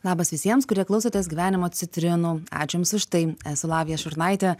labas visiems kurie klausotės gyvenimo citrinų ačiū jums už tai esu lavija šurnaitė